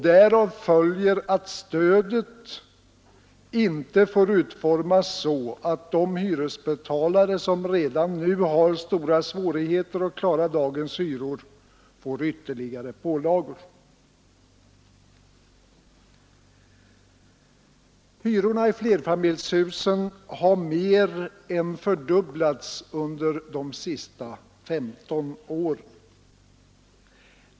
Därav följer att stödet inte får utformas så att de hyresbetalare som redan nu har stora svårigheter att klara dagens hyror får ytterligare pålagor. Hyrorna i flerfamiljshusen har mer än fördubblats under de senaste 15 åren.